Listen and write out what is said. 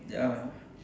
ya